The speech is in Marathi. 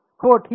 हो ठीक आहे